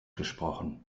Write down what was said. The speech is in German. gesprochen